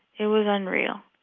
it was unreal.